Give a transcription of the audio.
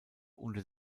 unter